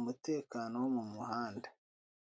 umutekano wo mu muhanda.